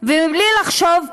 ובלי לחשוב פעמיים.